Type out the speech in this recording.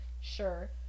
sure